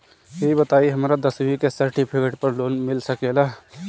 ई बताई हमरा दसवीं के सेर्टफिकेट पर लोन मिल सकेला?